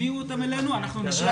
תביאו אותן אלינו, אנחנו נשלח